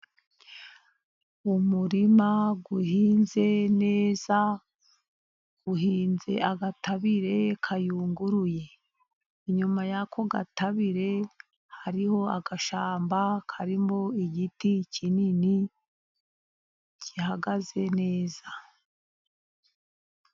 Umurima uhinze neza, uhinze agatabire kayunguruye, inyuma y'ako gatabire hariho agashyamba, karimo igiti kinini gihagaze neza.